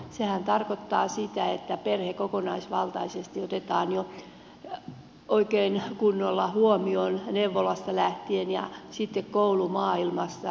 sehän tarkoittaa sitä että perhe kokonaisvaltaisesti otetaan oikein kunnolla huomioon jo neuvolasta lähtien ja sitten koulumaailmassa